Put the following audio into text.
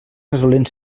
resolent